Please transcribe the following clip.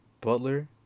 Butler